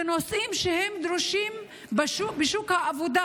בנושאים שדרושים בשוק העבודה,